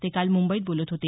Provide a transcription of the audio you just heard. ते काल मुंबईत बोलत होते